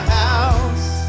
house